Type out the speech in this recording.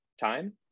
time